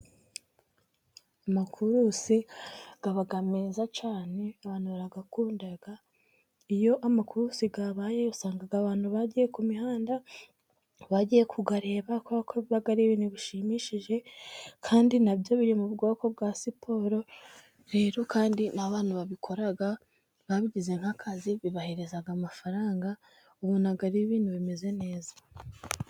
Amakurusi akaba meza cyane abantu barabikunda iyo amakurusi yabaye usanga abantu bagiye ku mihanda bagiye kureba bakabona ari ibintu bishimishije kandi nabyo biri mu bwoko bwa siporo rero kandi ni abana babikorag babigize nk'akazi bibahereza amafaranga, bonaga ari ibintu bimeze neza.